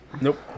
Nope